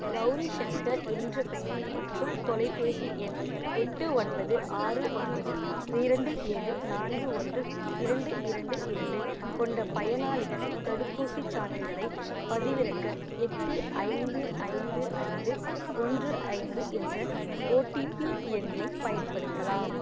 கௌரி சங்கர் என்ற பெயர் மற்றும் தொலைப்பேசி எண் எட்டு ஒன்பது ஆறு ஒன்பது இரண்டு ஏழு நான்கு ஒன்று இரண்டு இரண்டு இரண்டு கொண்ட பயனாளிக்கு தடுப்பூசிச் சான்றிதழைப் பதிவிறக்க எட்டு ஐந்து ஐந்து ஐந்து ஒன்று ஐந்து என்ற ஓடிபி எண்ணைப் பயன்படுத்தலாம்